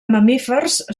mamífers